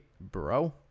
bro